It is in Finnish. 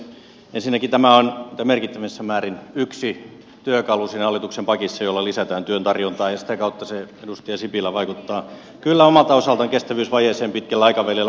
ensinnäkin tämä on mitä merkittävimmässä määrin yksi työkalu siinä hallituksen pakissa jolla lisätään työn tarjontaa ja sitä kautta se edustaja sipilä vaikuttaa kyllä omalta osaltaan kestävyysvajeeseen pitkällä aikavälillä